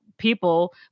People